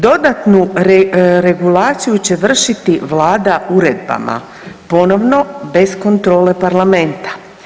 Dodatnu regulaciju će vršiti vlada uredbama, ponovno bez kontrole parlamenta.